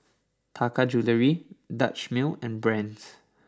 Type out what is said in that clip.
Taka Jewelry Dutch Mill and Brand's